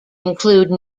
include